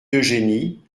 eugénie